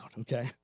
Okay